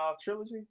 trilogy